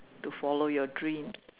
to follow your dream